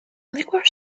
liquor